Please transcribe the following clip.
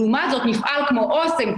לעומת זאת מפעל כמו אסם,